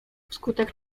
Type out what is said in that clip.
wskutek